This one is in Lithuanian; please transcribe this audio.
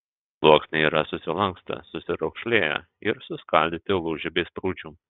sluoksniai yra susilankstę susiraukšlėję ir suskaldyti lūžių bei sprūdžių